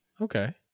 Okay